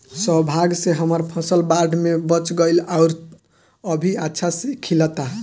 सौभाग्य से हमर फसल बाढ़ में बच गइल आउर अभी अच्छा से खिलता